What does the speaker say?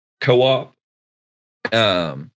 co-op